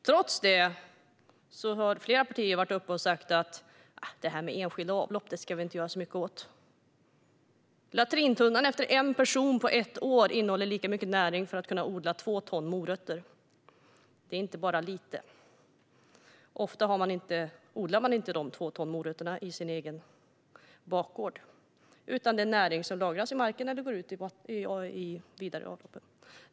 Trots detta har flera partier sagt att det där med enskilda avlopp behöver man inte göra så mycket åt. En latrintunna för en person under ett år innehåller lika mycket näring som behövs för att odla två ton morötter. Det är inte lite. Ofta odlar man inte dessa två ton morötter på sin bakgård, utan det är näring som lagras i marken eller går ut i avloppen.